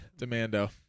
Demando